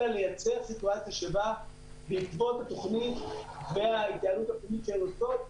אלא לייצר סיטואציה שבה בעקבות התוכנית והתייעלות שהן עושות,